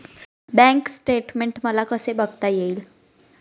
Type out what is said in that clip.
Bank statement मला कसे बघता येईल?